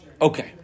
Okay